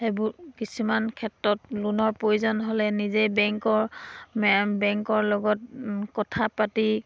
সেইবোৰ কিছুমান ক্ষেত্ৰত লোনৰ প্ৰয়োজন হ'লে নিজে বেংকৰ বেংকৰ লগত কথা পাতি